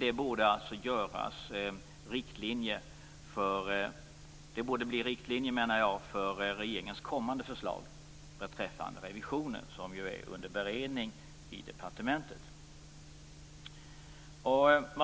Jag menar att detta borde bli riktlinjer för regeringens kommande förslag beträffande revisioner. Det är ju under beredning i departementet.